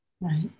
Right